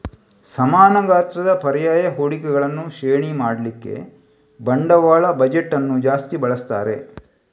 ಸಮಾನ ಗಾತ್ರದ ಪರ್ಯಾಯ ಹೂಡಿಕೆಗಳನ್ನ ಶ್ರೇಣಿ ಮಾಡ್ಲಿಕ್ಕೆ ಬಂಡವಾಳ ಬಜೆಟ್ ಅನ್ನು ಜಾಸ್ತಿ ಬಳಸ್ತಾರೆ